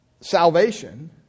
salvation